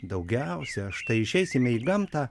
daugiausia štai išeisime į gamtą